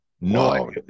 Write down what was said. No